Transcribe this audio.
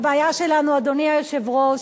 הבעיה שלנו, אדוני היושב-ראש,